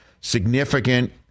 significant